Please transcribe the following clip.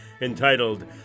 entitled